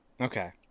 Okay